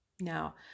now